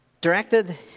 directed